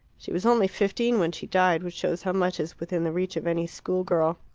she was only fifteen when she died, which shows how much is within the reach of any school-girl.